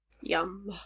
Yum